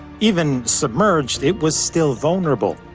even submerged, it was still vulnerable.